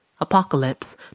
Apocalypse